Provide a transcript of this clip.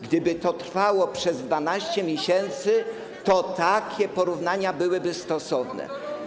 Gdyby to trwało przez 12 miesięcy, to takie porównania byłyby stosowne.